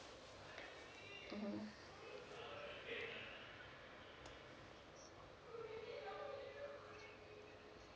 mmhmm